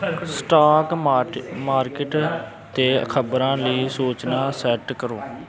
stock ਮਾਰ market 'ਤੇ ਖ਼ਬਰਾਂ ਲਈ ਸੂਚਨਾ ਸੈਟ ਕਰੋ